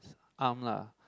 arm lah